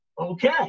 okay